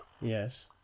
Yes